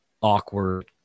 awkward